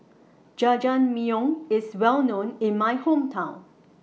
Jajangmyeon IS Well known in My Hometown